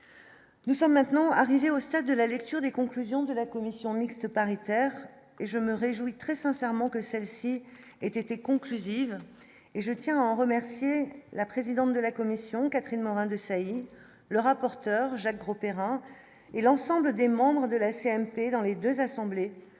Nous sommes maintenant arrivés au stade de la lecture des conclusions de la commission mixte paritaire et je me réjouis que très sincèrement que celle-ci était conclusive et je tiens à en remercier la présidente de la commission Catherine Morin-Desailly, le rapporteur Jacques Grosperrin et l'ensemble des membres de la CMP dans les 2 assemblées,